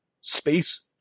space